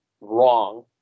wrong